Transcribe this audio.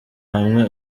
hamwe